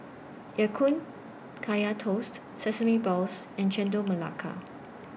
Ya Kun Kaya Toast Sesame Balls and Chendol Melaka